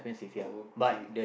okay